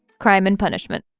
crime and punishment